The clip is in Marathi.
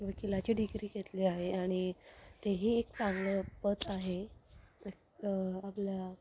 वकिलाची डिग्री घेतली आहे आणि तेही एक चांगलं पद आहे आपल्या